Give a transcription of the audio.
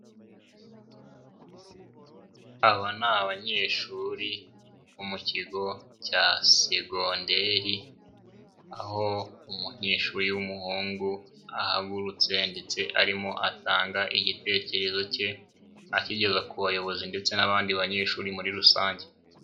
Aba ni abanyeshuri bo mu kigo cya segonderi, aho umunyeshuri w'umuhungu ahagurutse ndetse arimo atanga igitekerezo ke akigeza ku bayobozi ndetse n'abandi banyeshuri muri rusange.